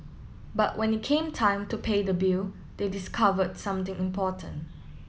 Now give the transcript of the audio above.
but when it came time to pay the bill they discovered something important